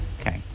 Okay